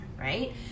right